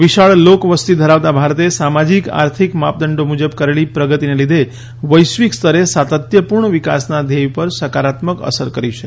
વિશાળ લોકવસતી ધરાવતા ભારતે સામાજીક આર્થિક માપદંડો મુજબ કરેલી પ્રગતીના લીધે વૈશ્વિક સ્તરે સાતત્યપુર્ણ વિકાસના ધ્યેય ઉપર સકારાત્મક અસર કરી છે